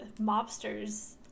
mobsters